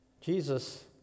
Jesus